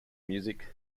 music